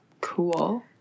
cool